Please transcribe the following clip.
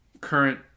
current